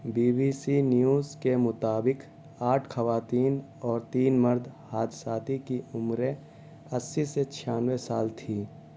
be B C news کے مطابق آٹھ خواتین اور تین مرد حادثاتی کی عمریں اسی سے چھیانوے سال تھی